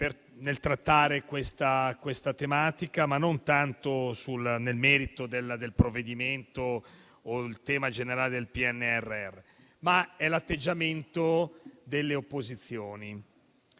nel trattare questa tematica, non tanto sul merito del provvedimento o sul tema generale del PNRR, ma per l'atteggiamento delle opposizioni.